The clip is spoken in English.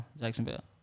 Jacksonville